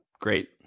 Great